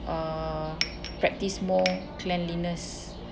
uh practice more cleanliness